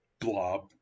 blob